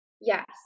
yes